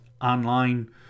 Online